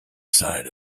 side